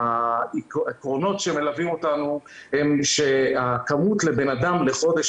העקרונות שמלווים אותנו הם שהכמות לבן אדם לחודש